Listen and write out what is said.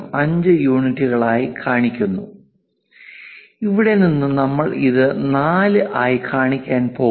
5 യൂണിറ്റുകളായി കാണിക്കുന്നു ഇവിടെ നിന്ന് നമ്മൾ ഇത് 4 ആയി കാണിക്കാൻ പോകുന്നു